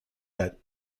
that